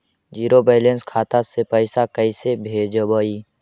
Zero balance खाता से पैसा कैसे भेजबइ?